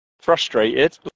frustrated